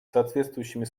соответствующими